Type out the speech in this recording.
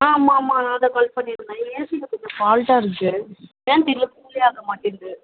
ஆமாம் ஆமாம் நான் தான் கால் பண்ணியிருந்தேன் ஏசில கொஞ்சம் ஃபால்ட்டாக இருந்துச்சு ஏன் தெரியல கூலே ஆக மாட்டேன்து